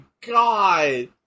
God